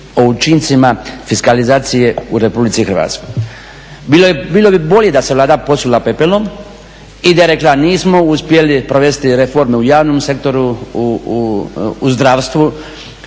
učincima fiskalizacije u RH. Bilo bi bolje da se Vlada posula pepelom i da je rekla nismo uspjeli provesti reforme u javnom sektoru, u zdravstvu,